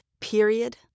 Period